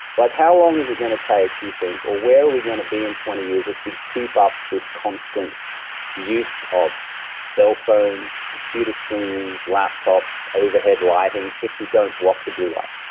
like how long is it going to take, do you think, or where are we going to be in twenty years if we keep up this constant use of cell phones, computer screens, laptops, overhead lighting, if we don't block the blue light?